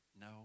no